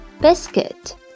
biscuit